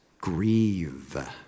grieve